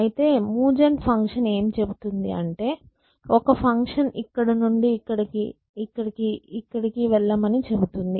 అయితే move gen function ఏమి చెబుతుంది అంటే ఒక ఫంక్షన్ ఇక్కడ నుండి ఇక్కడికి ఇక్కడికి ఇక్కడికి వెళ్ళమని చెబుతుంది